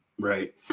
Right